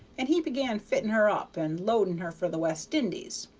and he began fitting her up and loading her for the west indies,